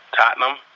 Tottenham